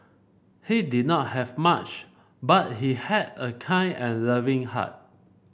he did not have much but he had a kind and loving heart